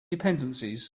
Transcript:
dependencies